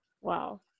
Wow